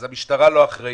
אז המשטרה לא אחראית,